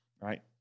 right